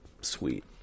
sweet